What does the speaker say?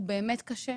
הוא באמת קשה,